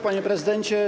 Panie Prezydencie!